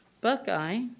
Buckeye